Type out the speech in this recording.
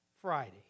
Friday